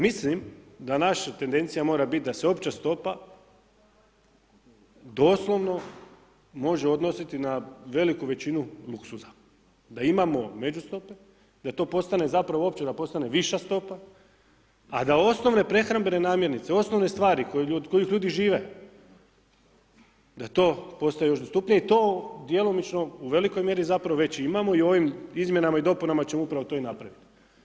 Mislim da naša tendencija mora biti da se opća stopa doslovno može odnositi na veliku većinu luksuza, da imamo međustope, da to postane zapravo uopće da postane viša stopa, a da osnovne prehrambrene namirnice, osnovne stvari od kojih ljudi žive, da to postaje još dostupnije i to djelomično u velikoj zapravo već imamo i ovim izmjenama i dopunama ćemo upravo to i napraviti.